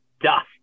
dust